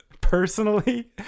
personally